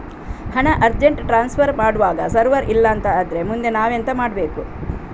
ಹಣ urgent transfer ಮಾಡ್ವಾಗ server ಇಲ್ಲಾಂತ ಆದ್ರೆ ಮುಂದೆ ನಾವೆಂತ ಮಾಡ್ಬೇಕು?